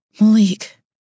Malik